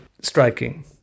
striking